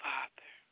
Father